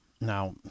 now